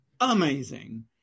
amazing